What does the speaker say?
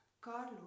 Carlos